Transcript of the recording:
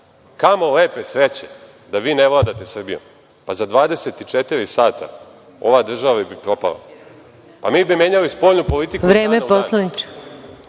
lepe sreće da vi ne vladate Srbijom. Pa, za 24 sata ova država je propala. Pa, mi bi menjali spoljnu politiku iz dana u dan.